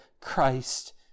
Christ